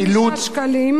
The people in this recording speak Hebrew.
75 שקלים.